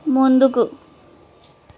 ముందుకు